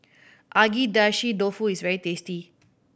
Agedashi Dofu is very tasty